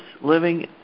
living